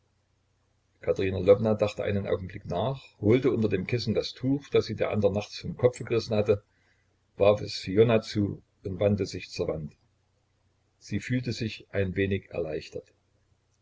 lwowna dachte einen augenblick nach holte unter dem kissen das tuch das sie der andern nachts vom kopfe gerissen hatte warf es fiona zu und wandte sich zur wand sie fühlte sich ein wenig erleichtert